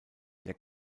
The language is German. der